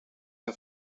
que